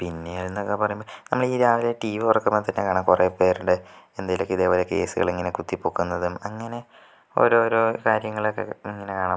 പിന്നേന്നൊക്കെ പറയുമ്പം നമ്മൾ ഈ രാവിലെ ടീവി തുറക്കുമ്പോൾ തന്നെ കാണാം കുറെ പേരുടെ എന്തേലുമൊക്കെ ഇതേപോലെ കേസുകളിങ്ങനെ കുത്തി പൊക്കുന്നതും അങ്ങനെ ഓരോരോ കാര്യങ്ങളൊക്കെ ഇങ്ങനെയാണ്